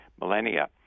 millennia